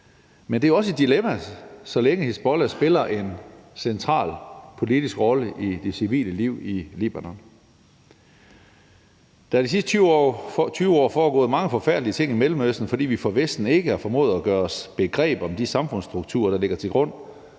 men der er også et dilemma, så længe Hizbollah spiller en central politisk rolle i det civile liv i Libanon. Der er de sidste 20 år foregået mange forfærdelige ting i Mellemøsten, fordi vi fra Vestens side ikke har formået at gøre os begreb om de samfundsstrukturer, der ligger til grund